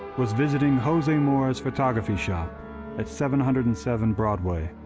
was visiting jose mora's photography shop at seven hundred and seven broadway,